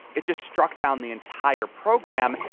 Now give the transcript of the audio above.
it just struck down the entire program.